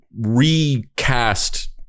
Recast